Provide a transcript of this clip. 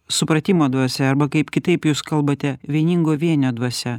supratimo dvasia arba kaip kitaip jūs kalbate vieningo vienio dvasia